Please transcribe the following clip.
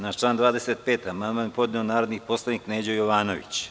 Na član 25. amandman je podneo narodni poslanik Neđo Jovanović.